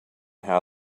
how